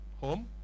home